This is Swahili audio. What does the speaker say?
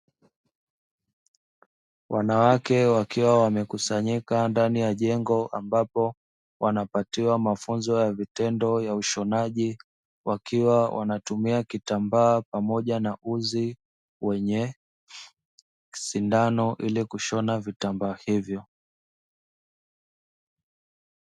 Wanawake wakiwa wamekusanyika ndani ya jengo ambapo wanapatiwa mafunzo ya vitendo ya ushonaji wakiwa wanatumia kitambaa pamoja na uzi wenye sindano ili kushona vitambaa hivyo.